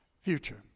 future